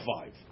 five